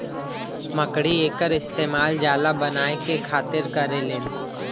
मकड़ी एकर इस्तेमाल जाला बनाए के खातिर करेलीन